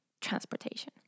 transportation